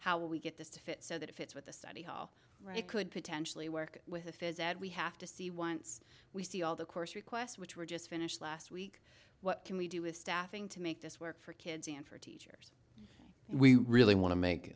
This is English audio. how we get this to fit so that it fits with the study hall right could potentially work with if is ed we have to see once we see all the course requests which were just finished last week what can we do with staffing to make this work for kids and for teacher we really want to make